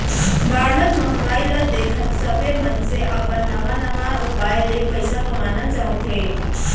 बाढ़त महंगाई ल देखत सबे मनसे मन नवा नवा उपाय ले पइसा कमाना चाहथे